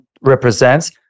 represents